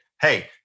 hey